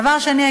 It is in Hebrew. דבר שני,